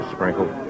Sprinkle